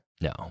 No